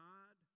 God